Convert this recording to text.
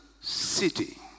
city